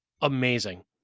amazing